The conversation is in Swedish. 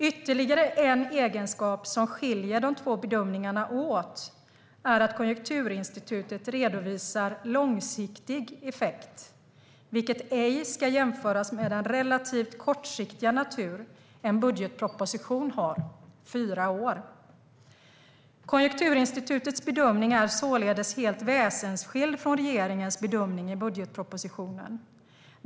Ytterligare en egenskap som skiljer de två bedömningarna åt är att Konjunkturinstitutet redovisar långsiktig effekt, vilket ej ska jämföras med den relativt kortsiktiga natur en budgetproposition har - fyra år. Konjunkturinstitutets bedömning är således helt väsensskild från regeringens bedömning i budgetpropositionen.